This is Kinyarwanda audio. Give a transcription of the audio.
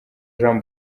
jean